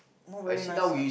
not very nice lah